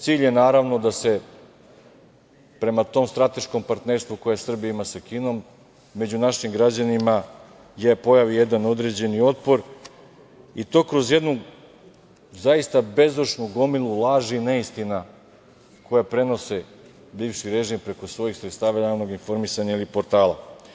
Cilj je, naravno da se prema tom strateškom partnerstvu koje Srbija ima sa Kinom, među našim građanima se pojavi jedan određeni otpor i to kroz jednu, zaista bezdušnu gomilu laži i neistina koje prenosi bivši režim, preko svojih sredstava javnog informisanja ili portala.